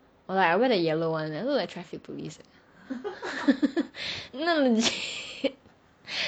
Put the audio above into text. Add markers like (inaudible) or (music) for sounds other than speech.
or like I wear the yellow [one] I look like traffic police leh (laughs) no no